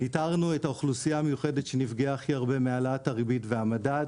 נטרלנו את האוכלוסייה המיוחדת שנפגעה הכי הרבה מהעלאת הריבית והמדד,